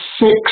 six